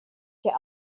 der